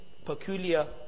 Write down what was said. peculiar